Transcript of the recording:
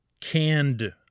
canned